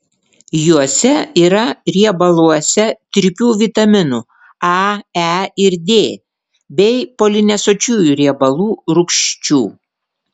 juose yra riebaluose tirpių vitaminų a e ir d bei polinesočiųjų riebalų rūgščių